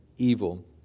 evil